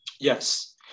Yes